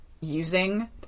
using